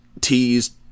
teased